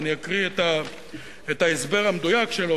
ואני אקריא את ההסבר המדויק שלו,